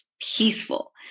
Peaceful